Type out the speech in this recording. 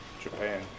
Japan